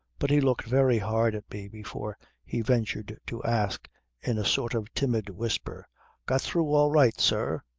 but he looked very hard at me before he ventured to ask in a sort of timid whisper got through all right, sir?